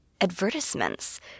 advertisements